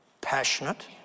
passionate